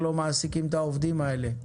אז לא מעסיקים את העובדים האלה.